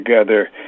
together